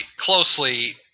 closely